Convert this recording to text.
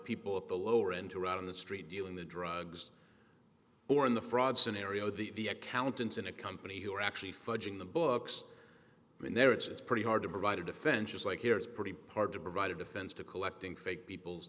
people at the lower end to rot in the street doing the drugs or in the fraud scenario the accountants in a company who are actually fudging the books and there it's pretty hard to provide a defense just like here it's pretty part to provide a defense to collecting fake people's